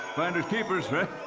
finders keepers,